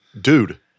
dude